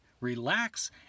relax